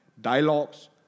dialogues